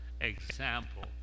example